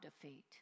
defeat